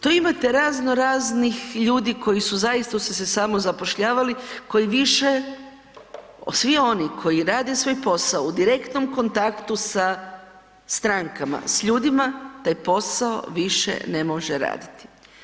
Tu imate razno raznih ljudi koji su zaista su se samozapošljavali koji više, svi oni koji rade svoj posao u direktnom kontaktu sa strankama s ljudima taj posao više ne može raditi.